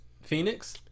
Phoenix